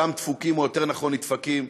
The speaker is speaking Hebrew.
אותם דפוקים או יותר נכון נדפקים,